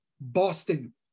Boston